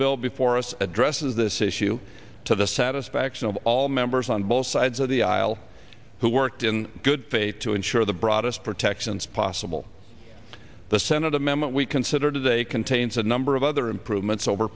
bill before us addresses this issue to the satisfaction of all members on both sides of the aisle who worked in good faith to ensure the broadest protections possible the senate amendment we consider today contains a number of other improvements over